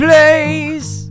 Place